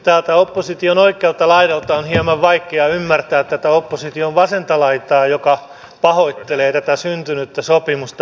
täältä opposition oikealta laidalta on hieman vaikea ymmärtää opposition vasenta laitaa joka pahoittelee tätä syntynyttä sopimusta